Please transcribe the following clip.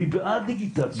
אני בעד דיגיטציה.